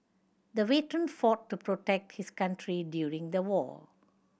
the veteran fought to protect his country during the war